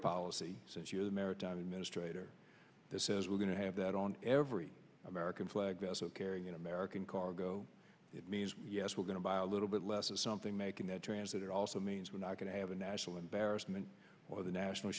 policy since you're the maritime administrator that says we're going to have that on every american flag vessel carrying american cargo it means yes we're going to buy a little bit less of something making that transit it also means we're not going to have a national embarrassment or the national